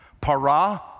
para